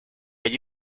allí